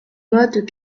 mottes